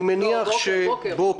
אני מניח שבוקר.